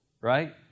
right